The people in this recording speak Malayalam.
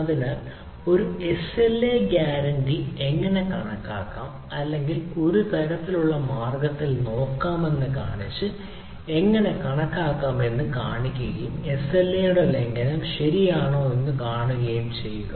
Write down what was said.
അതിനാൽ ഒരു എസ്എൽഎ ഗ്യാരൻറി എങ്ങനെ കണക്കാക്കാം അല്ലെങ്കിൽ ഒരു തരത്തിലുള്ള മാർഗ്ഗത്തിലേക്ക് നോക്കാമെന്ന് കാണിച്ച് അത് എങ്ങനെ കണക്കാക്കാമെന്ന് കാണിക്കുകയും എസ്എൽഎയുടെ ലംഘനം ശരിയാണോ എന്ന് കാണുകയും ചെയ്യുക